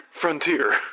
frontier